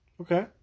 Okay